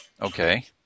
okay